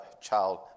child